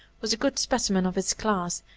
was a good specimen of its class,